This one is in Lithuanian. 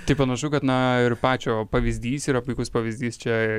tai panašu kad na ir pačio pavyzdys yra puikus pavyzdys čia